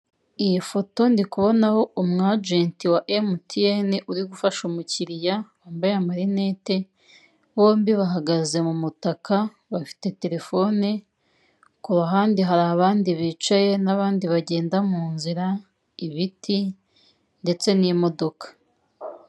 Iyi foto ndikubonaho umwajenti wa emutiyene uri gufasha umukiliya wambaye amarinete, bombi bahagaze mu mutaka bafite telefone, ku ruhande hari abandi bicaye n'abandi bagenda mu nzira, ibiti ndetse n'imodoka.